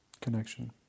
Connection